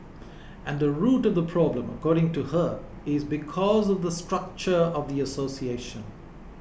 and the root of the problem according to her is because of the structure of the association